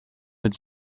mit